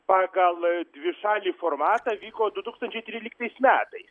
pagal dvišalį formatą vyko du tūkstančiai tryliktais metais